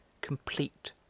complete